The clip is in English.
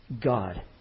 God